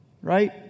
Right